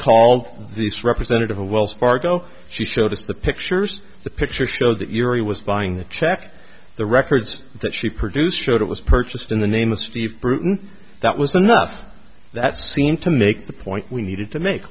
called this representative of wells fargo she showed us the pictures the picture showed that yuri was buying the check the records that she produced showed it was purchased in the name of steve bruton that was enough that seemed to make the point we needed to make